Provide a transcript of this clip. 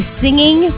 singing